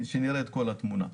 שנראה את כל התמונה.